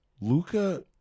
Luca